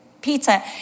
pizza